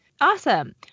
Awesome